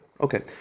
Okay